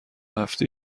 هفته